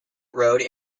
road